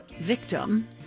Victim